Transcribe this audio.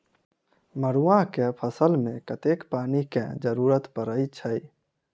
मड़ुआ केँ फसल मे कतेक पानि केँ जरूरत परै छैय?